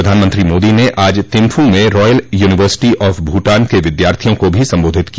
प्रधानमंत्री मोदी ने आज थिम्फू में रॉयल यूनिवर्सिटी ऑफ भूटान के विद्यार्थियों को भी संबोधित किया